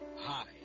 Hi